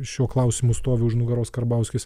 šiuo klausimu stovi už nugaros karbauskis